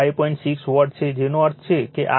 6 watt છે જેનો અર્થ છે આ એક છે